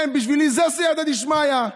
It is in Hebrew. כן, בשבילי זה סייעתא דשמיא.